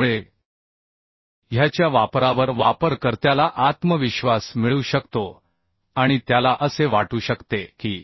त्यामुळे ह्याच्या वापरावर वापरकर्त्याला आत्मविश्वास मिळू शकतो आणि त्याला असे वाटू शकते की